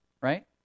right